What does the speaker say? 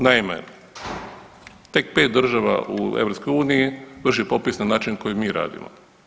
Naime, tek 5 država u EU vrši popis na način na koji mi radimo.